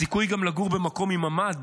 גם הסיכוי לגור במקום עם ממ"ד,